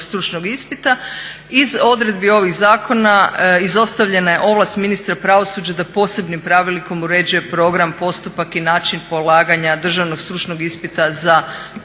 stručnog ispita. Iz odredbi ovih zakona izostavljena je ovlast ministra pravosuđa da posebnim pravilnikom uređuje program, postupak i način polaganja državnog stručnog ispita za